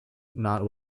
not